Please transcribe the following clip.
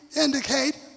indicate